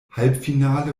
halbfinale